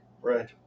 right